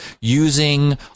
using